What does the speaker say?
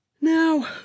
now